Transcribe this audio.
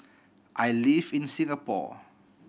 I live in Singapore